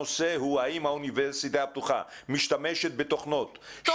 הנושא הוא האם האוניברסיטה הפתוחה משתמשת בתוכנות -- בתומקס,